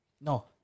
No